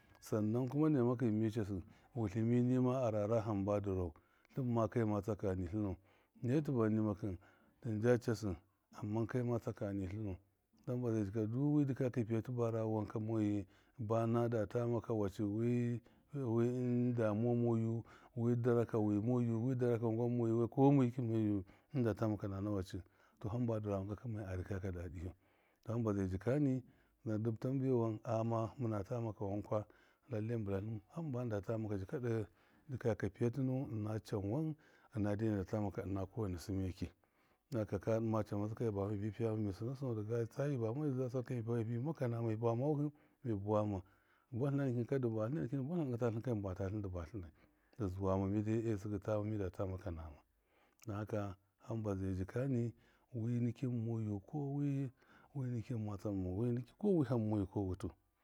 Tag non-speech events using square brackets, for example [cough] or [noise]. Samman kuma nemakɨn mi cassɨ wutlɨmi nima a rana hamba dɨrau, tlɨmma kai niatsani tlɨn naitɨ van nima kɨn tlɨnja cassɨ amman kai ma tsakani tlɨnu hamba zai jika du wi dikɔya kɨ piyatɨ ba- ra wanka mɔyu ba nadata maka waka wacɨ wi- wi [hesitation] damuwa mɔyu, wi dɔraka wi mɔyu wi dɔra kara [unintelligible] wi kɔmeki mɔyu hɨndata maka nena wacɨ tɔ hamba dɨra wɔmkaka mɔyu a dɨkoya ka dadiyu, hamba zai jikani nadɨ tɔmaba, wɔmaghama hamate maka wankwa? Lellai mɨn bɨlatlɨn hamba mɨndata maka jika ɗe dɨkaya ka piyatɨ nuwɨn ɨna canwan ɨna yadde na data amaka ma kɔwera sɨmeki dan haka ka ɗɨma camazɨka miba ma piyama mi sɨna sɨnau, dɨ tsayu mi bame za sal ka mi bama bi maka nama, mi bama wuhɨ mi bawama, dɨ, buwa tlɨna nikin ka dɨ batlɨnai nikin dɨ buwatlṫn dɨnga tatlɨn kadɨ mbatatlɨn dɨ bawatlṫnai, dɨ zuwama mide tsɨgɨ tama midata maka nama, dan haka hamba zai dikani imikin mɔyu, kɔwi nikin nɔ wiham mɔyu ko wutu.